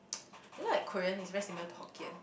you know like Korean is very similar to Hokkien